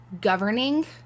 governing